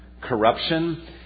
corruption